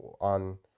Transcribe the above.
on